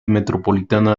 metropolitana